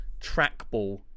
trackball